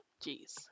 Jeez